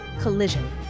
Collision